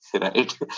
right